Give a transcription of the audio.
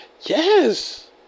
Yes